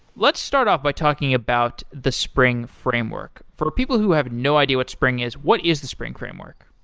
let's start off by talking about the spring framework. for people who have no idea what spring is, what is the spring framework?